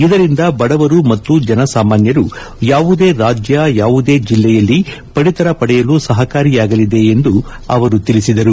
ಇದರಿಂದ ಬಡವರು ಮತ್ತು ಜನಸಾಮಾನ್ಯರು ಯಾವುದೇ ರಾಜ್ಲ ಯಾವುದೇ ಜಿಲ್ಲೆಯಲ್ಲಿ ಪಡಿತರ ಪಡೆಯಲು ಸಹಕಾರಿಯಾಗಲಿದೆ ಎಂದು ಅವರು ತಿಳಿಸಿದರು